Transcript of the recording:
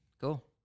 cool